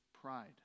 pride